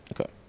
Okay